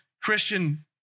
Christian